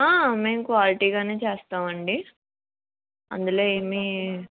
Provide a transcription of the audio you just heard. మేము క్వాలిటీగానే చేస్తామండి అందులో ఏమీ